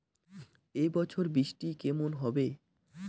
এবছর বৃষ্টি কেমন হবে?